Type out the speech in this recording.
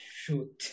shoot